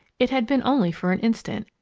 it had been only for an instant,